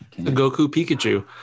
Goku-Pikachu